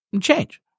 change